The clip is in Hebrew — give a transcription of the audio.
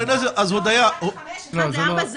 מאחד לחמש לאחד לארבע,